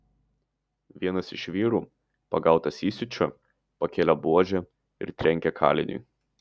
vienas iš vyrų pagautas įsiūčio pakėlė buožę ir trenkė kaliniui